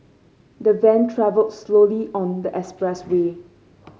the van travelled slowly on the expressway